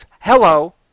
Hello